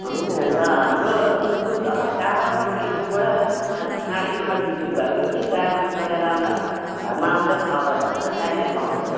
होइन अन्त हाम्रो त स्कुल तल टाढोे पर्छ स्कुलबाट पाँच साढे तिनमा छुट्टी भयो भयो पनि गाडीमा चढेर आउँदा पनि घरमा आउँदा छ बज्छ अन्त टाइमै पाउँदैन